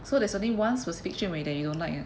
so there's only one specific jun wei that you don't like ah